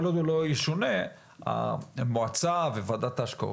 כל עוד הוא לא ישונה המועצה וועדת ההשקעות